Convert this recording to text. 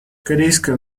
корейская